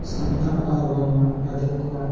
ᱥᱟᱱᱛᱟᱲ ᱟᱨ ᱵᱟᱝᱢᱟ ᱟᱹᱫᱤᱢ ᱠᱚᱣᱟᱜ